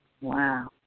Wow